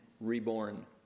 reborn